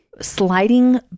sliding